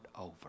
over